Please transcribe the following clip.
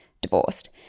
divorced